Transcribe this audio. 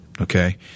okay